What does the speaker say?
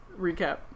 recap